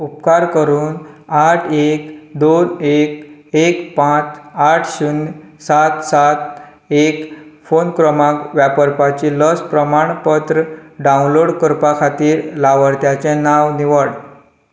उपकार करून आठ एक दोन एक एक पांच आठ शुन्न सात सात एक फोन क्रमांक व्यापरप्याची लस प्रमाणपत्र डावनलोड करपा खातीर लाभार्थ्याचें नांव निवड